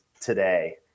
today